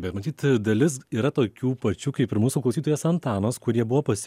bet matyt dalis yra tokių pačių kaip ir mūsų klausytojas antanas kurie buvo pas